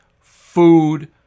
food